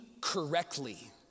correctly